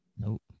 Nope